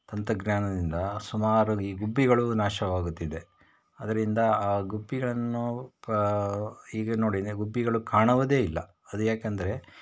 ತಂತ್ರಜ್ಞಾನದಿಂದ ಸುಮಾರು ಈ ಗುಬ್ಬಿಗಳು ನಾಶವಾಗುತ್ತಿದೆ ಅದರಿಂದ ಆ ಗುಬ್ಬಿಗಳನ್ನು ಪ್ ಈಗ ನೋಡಿ ನೀವು ಗುಬ್ಬಿಗಳು ಕಾಣುವುದೇ ಇಲ್ಲ ಅದು ಏಕಂದರೆ